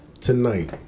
tonight